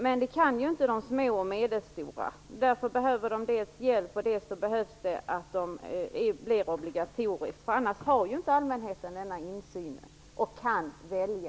Det kan inte de små och medelstora företagen. Därför behöver de hjälp, och därför behöver miljöredovisningen bli obligatorisk. Annars har inte allmänheten denna insyn och kan välja.